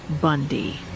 Bundy